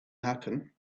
happen